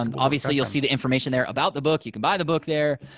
um obviously you'll see the information there about the book you can buy the book there.